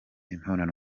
imibonano